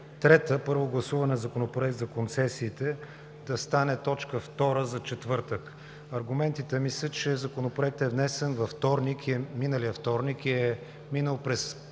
трета – Първо гласуване на Законопроекта за концесиите, да стане точка втора за четвъртък. Аргументите ми са, че Законопроектът е внесен миналия вторник и е минал през